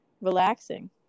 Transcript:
relaxing